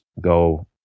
go